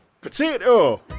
potato